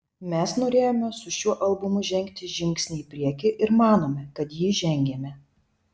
mes norėjome su šiuo albumu žengti žingsnį į priekį ir manome kad jį žengėme